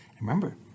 Remember